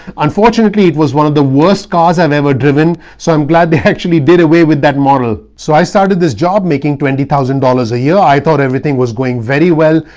unfortunately, it was one of the worst cars i've ever driven. so i'm glad they actually did away with that model. so i started this job making twenty thousand dollars a year. i thought everything was going very well.